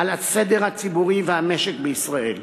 על הסדר הציבורי והמשק בישראל.